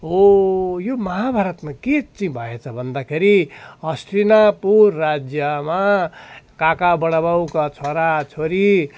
हो यो महाभारतमा के चाहिँ भएछ भन्दाखेरि हस्तिनापुर राज्यमा काका बडाबाउका छोरा छोरी